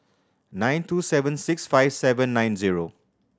nine two seven six five seven nine zero